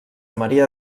maria